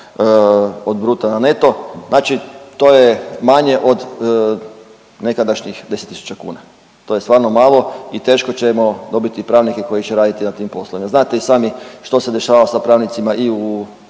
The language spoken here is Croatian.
od bruta na neto, znači to je manje od nekadašnjih 10.000 kuna. To je stvarno malo i teško ćemo dobiti pravnike koji će raditi na tim poslovima. Znate i sami što se dešava sa pravnicima i u